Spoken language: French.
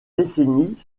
décennies